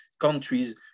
countries